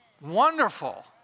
Wonderful